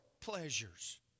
pleasures